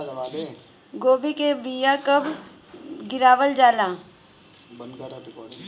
गोभी के बीया कब गिरावल जाला?